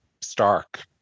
stark